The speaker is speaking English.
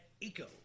Eco